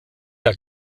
der